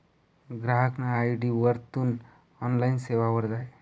ग्राहकना आय.डी वरथून ऑनलाईन सेवावर जाय